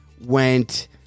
went